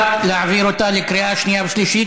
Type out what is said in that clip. (החזקת מכשירי החייאה וערכות עזרה ראשונה בבתי ספר),